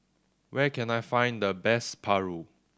where can I find the best Paru